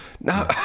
no